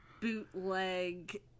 bootleg